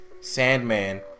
Sandman